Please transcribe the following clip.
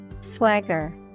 Swagger